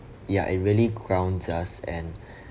ya it really grounds us and